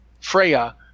Freya